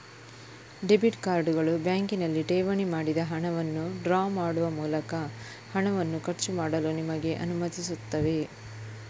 debit ಕಾರ್ಡುಗಳು ಬ್ಯಾಂಕಿನಲ್ಲಿ ಠೇವಣಿ ಮಾಡಿದ ಹಣವನ್ನು ಡ್ರಾ ಮಾಡುವ ಮೂಲಕ ಹಣವನ್ನು ಖರ್ಚು ಮಾಡಲು ನಿಮಗೆ ಅನುಮತಿಸುತ್ತವೆ